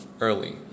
early